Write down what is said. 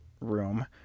room